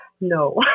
no